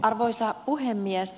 arvoisa puhemies